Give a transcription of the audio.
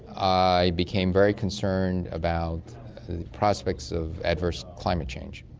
i became very concerned about the prospects of adverse climate change.